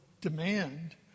demand